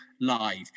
live